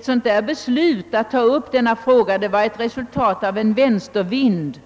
gällande att beslutet att ta upp denna fråga var ett resultat av en vänstervind.